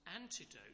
antidote